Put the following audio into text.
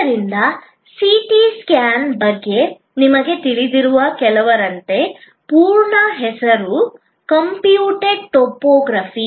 ಆದ್ದರಿಂದ CT scan ಬಗ್ಗೆ ನಿಮಗೆ ತಿಳಿದಿರುವ ಕೆಲವರಂತೆ ಪೂರ್ಣ ಹೆಸರು ಕಂಪ್ಯೂಟೆಡ್ ಟೊಮೊಗ್ರಫಿ